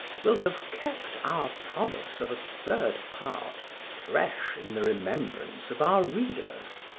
will have kept our promise of a third part fresh in the remembrance of our readers.